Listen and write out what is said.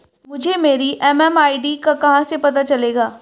मुझे मेरी एम.एम.आई.डी का कहाँ से पता चलेगा?